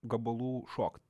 gabalų šokt